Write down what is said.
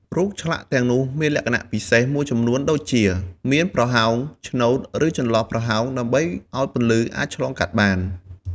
រូបឆ្លាក់ទាំងនោះមានលក្ខណៈពិសេសមួយចំនួនដូចជា មានប្រហោង ឆ្នូត ឬចន្លោះប្រហោងដើម្បីឲ្យពន្លឺអាចឆ្លងកាត់បាន។